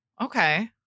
okay